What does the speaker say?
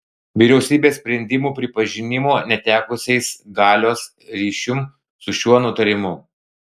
vyriausybės sprendimų pripažinimo netekusiais galios ryšium su šiuo nutarimu